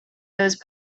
those